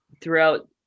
throughout